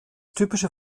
typischer